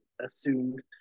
assumed